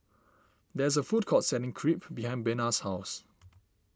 there is a food court selling Crepe behind Bena's house